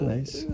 Nice